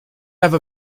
have